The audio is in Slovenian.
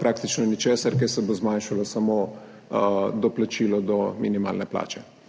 praktično ničesar, ker se bo zmanjšalo samo doplačilo do minimalne plače.